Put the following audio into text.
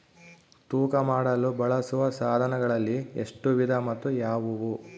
ತೂಕ ಮಾಡಲು ಬಳಸುವ ಸಾಧನಗಳಲ್ಲಿ ಎಷ್ಟು ವಿಧ ಮತ್ತು ಯಾವುವು?